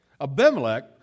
Abimelech